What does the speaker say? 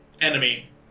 enemy